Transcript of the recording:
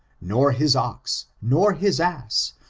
nor his ox, nor his ass,